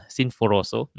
Sinforoso